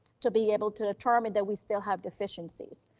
to be able to determine that we still have deficiencies.